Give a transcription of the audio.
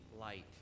light